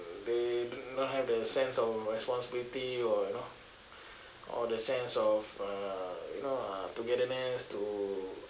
they do not have the sense of responsibility or you know or the sense of uh you know uh togetherness to